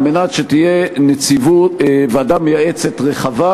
על מנת שתהיה ועדה מייעצת רחבה,